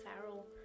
feral